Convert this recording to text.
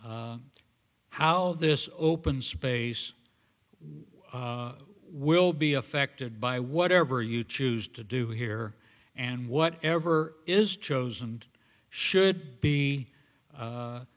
how this open space we will be affected by whatever you choose to do here and whatever is chosen and should be